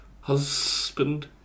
Husband